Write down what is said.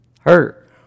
hurt